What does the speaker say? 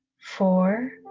four